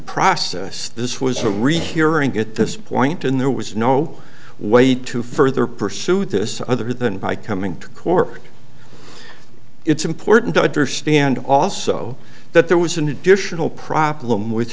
process this was a rehearing at this point in there was no way to further pursue this other than by coming to court it's important to understand also that there was an additional problem with